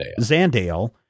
Zandale